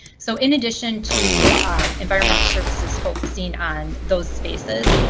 so in addition to environmental services focusing on those spaces,